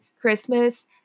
Christmas